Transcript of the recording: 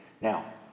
now